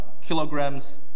kilograms